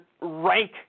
rank